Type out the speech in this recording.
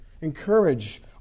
Encourage